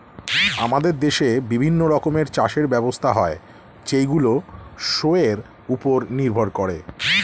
আমাদের দেশে বিভিন্ন রকমের চাষের ব্যবস্থা হয় যেইগুলো শোয়ের উপর নির্ভর করে